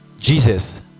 jesus